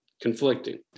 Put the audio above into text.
conflicting